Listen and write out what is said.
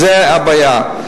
זו הבעיה.